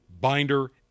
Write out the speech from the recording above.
binder